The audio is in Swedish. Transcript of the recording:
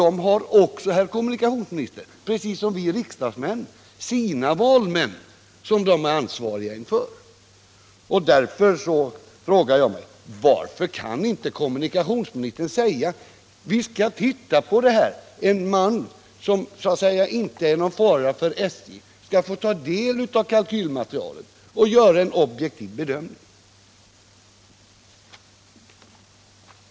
De har också, herr kommunikationsminister, precis som vi riksdagsmän sina valmän som de är ansvariga inför. Därför frågar jag mig varför kommunikationsministern inte säger: Vi skall titta på det här. En man som så att säga inte är någon fara för SJ skall få ta del av kalkylmaterialet och göra en objektiv bedömning.